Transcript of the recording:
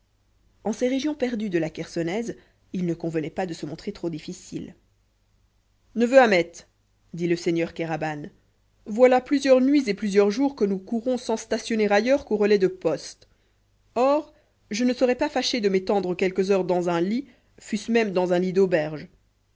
en ces régions perdues de la chersonèse il ne convenait pas de se montrer trop difficile neveu ahmet dit le seigneur kéraban voilà plusieurs nuits et plusieurs jours que nous courons sans stationner ailleurs qu'aux relais de poste or je ne serais pas fâché de m'étendre quelques heures dans un lit fut-ce même dans un lit d'auberge